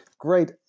Great